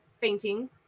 fainting